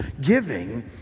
giving